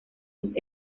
sus